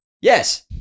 Yes